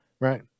right